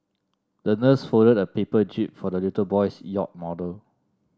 the nurse folded a paper jib for the little boy's yacht model